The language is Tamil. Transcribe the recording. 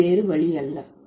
இது வேறு வழி அல்ல